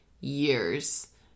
years